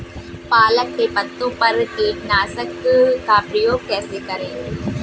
पालक के पत्तों पर कीटनाशक का प्रयोग कैसे करें?